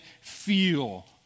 feel